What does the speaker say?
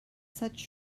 such